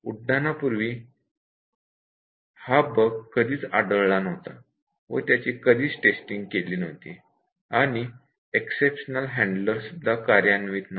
उड्डाणापूर्वी हा बग् कधीच आढळला नव्हता व त्याची कधीच टेस्टिंग केली नव्हती आणि एक्सेप्शन हँडलर सुद्धा कार्यान्वित नव्हता